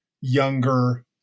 younger